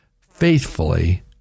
faithfully